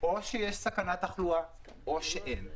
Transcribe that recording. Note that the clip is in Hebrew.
או שיש סכנת תחלואה או שאין,